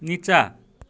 निचाँ